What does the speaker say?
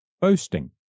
boasting